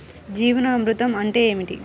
జీవామృతం అంటే ఏమిటి?